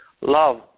love